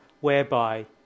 whereby